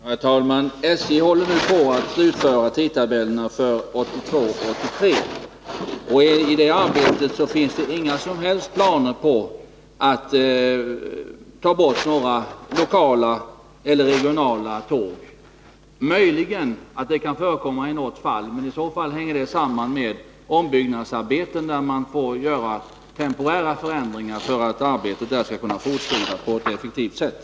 Herr talman! SJ håller nu på att slutföra arbetet med tidtabellerna för 1982/83. Därvid har man inga som helst planer på att ta bort några lokala eller regionala tåg. Det kan möjligen förekomma i något fall och sammanhänger då med ombyggnadsarbeten. I sådana fall kan man få göra temporära förändringar för att ombyggnadsarbetena skall kunna fortskrida på ett effektivt sätt.